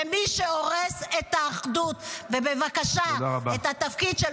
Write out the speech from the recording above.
ובמי שהורס את האחדות -- תודה רבה.